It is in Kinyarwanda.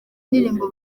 ndirimbo